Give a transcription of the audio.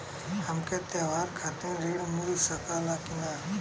हमके त्योहार खातिर त्रण मिल सकला कि ना?